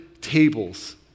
tables